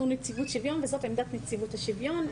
אנחנו נציבות שוויון וזאת עמדת נציבות השוויון.